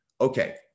okay